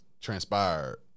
transpired